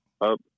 up